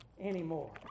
anymore